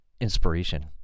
inspiration